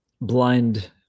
blind